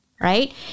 right